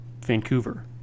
Vancouver